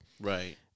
right